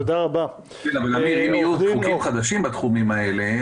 אתה יכול לחוקק חוק על משהו שלא מוצא חן בעיניך,